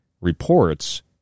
reports